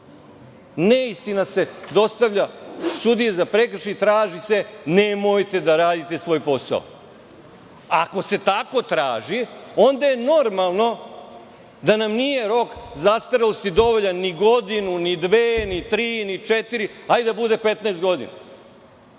Neistina se dostavlja sudiji za prekršaje i traži se – nemojte da radite svoj posao. Ako se tako traži, onda je normalno da nam nije rok zastarelosti dovoljan ni godinu, ni dve, ni tri, ni četiri, hajde da bude 15 godina. Ispred